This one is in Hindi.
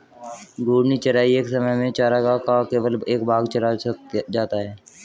घूर्णी चराई एक समय में चरागाह का केवल एक भाग चरा जाता है